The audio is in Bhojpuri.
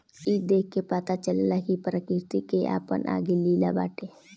ई देख के पता चलेला कि प्रकृति के आपन अलगे लीला बाटे